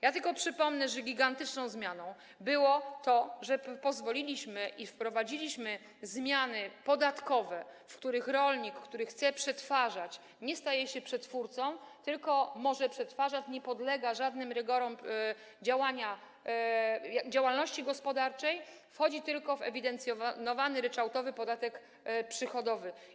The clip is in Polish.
Ja tylko przypomnę, że gigantyczną zmianą było to, że pozwoliliśmy, wprowadziliśmy zmiany podatkowe, według których rolnik, który chce przetwarzać - nie staje się przetwórcą, tylko może przetwarzać - nie podlega żadnym rygorom działalności gospodarczej, płaci tylko ewidencjonowany, ryczałtowy podatek przychodowy.